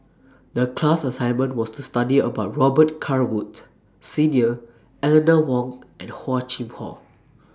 The class assignment was to study about Robet Carr Woods Senior Eleanor Wong and Hor Chim Or